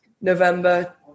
November